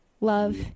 love